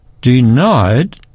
denied